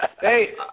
Hey